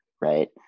right